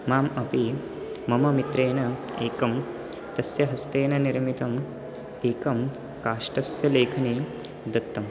माम् अपि मम मित्रेण एकं तस्य हस्तेन निर्मितम् एकं काष्ठस्य लेखनी दत्तम्